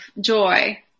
joy